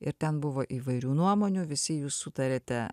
ir ten buvo įvairių nuomonių visi jūs sutariate